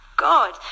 God